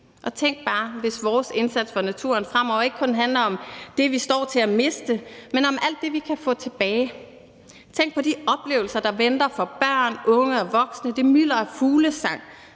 og tænk bare, hvis vores indsats for naturen fremover ikke kun handler om det, vi står til at miste, men om alt det, vi kan få tilbage. Tænk på de oplevelser, der venter for børn, unge og voksne, det mylder af fuglesang,